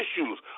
issues